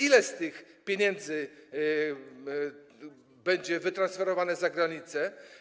Ile z tych pieniędzy będzie wytransferowane za granicę?